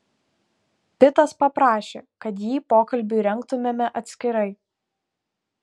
pitas paprašė kad jį pokalbiui rengtumėme atskirai